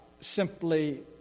simply